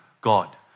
God